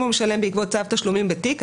אם הוא משלם בעקבות צו תשלומים בתיק,